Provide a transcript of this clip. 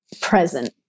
present